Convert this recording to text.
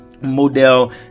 model